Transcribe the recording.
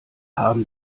haben